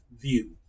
view